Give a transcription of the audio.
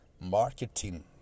marketing